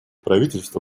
правительства